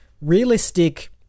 realistic